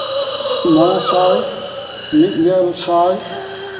ᱢᱚᱬᱮ ᱥᱟᱭ ᱢᱤᱫ ᱜᱮᱞ ᱥᱟᱭ